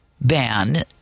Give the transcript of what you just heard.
ban